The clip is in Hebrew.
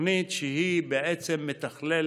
תוכנית שהיא מתכללת,